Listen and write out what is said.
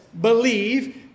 believe